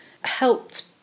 helped